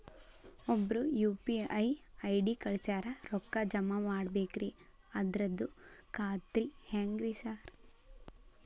ಒಬ್ರು UPI ID ಕಳ್ಸ್ಯಾರ ರೊಕ್ಕಾ ಜಮಾ ಮಾಡ್ಬೇಕ್ರಿ ಅದ್ರದು ಖಾತ್ರಿ ಹೆಂಗ್ರಿ ಸಾರ್?